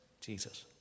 Jesus